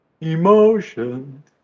emotions